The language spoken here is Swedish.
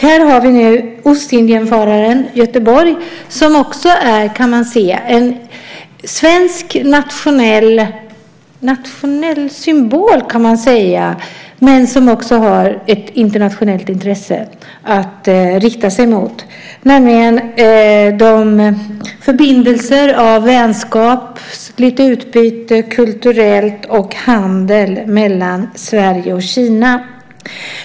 Här har vi nu Ostindiefararen Götheborg som är, kan man säga, en svensk nationell symbol men som också har ett internationellt intresse att rikta sig mot, nämligen vänskapsförbindelser, lite utbyte kulturellt och handel mellan Sverige och Kina.